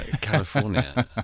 California